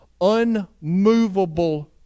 unmovable